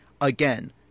Again